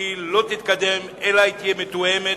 שהיא לא תתקדם אלא תהיה מתואמת